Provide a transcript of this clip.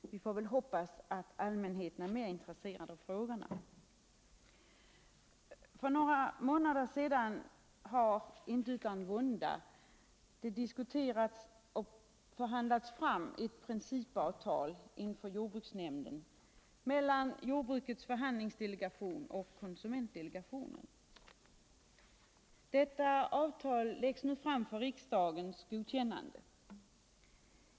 Vi får väl hoppas att allmänheten är mer intresserad av frågorna. För några månader sedan har det — inte utan vånda —- diskuterats och förhandlats fram ett principavtal inför jordbruksnämnden mellan jordbrukets förhandlingsdelegation och konsumentdelegationen. Detta avtal läggs nu fram för riksdagens godkännande.